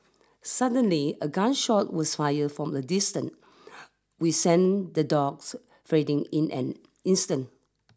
suddenly a gun shot was fired from a distant we sent the dogs freeding in an instant